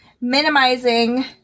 minimizing